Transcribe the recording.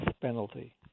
penalty